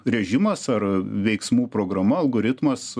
režimas ar veiksmų programa algoritmas